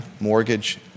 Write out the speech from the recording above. mortgage